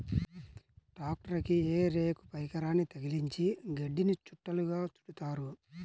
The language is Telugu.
ట్రాక్టరుకి హే రేక్ పరికరాన్ని తగిలించి గడ్డిని చుట్టలుగా చుడుతారు